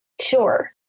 Sure